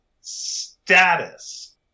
status